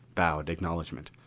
bowed acknowledgement.